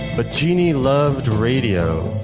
but genie loved radio,